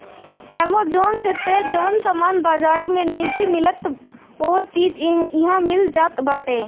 Amazon पे तअ जवन सामान बाजारी में नइखे मिलत उहो चीज इहा मिल जात बाटे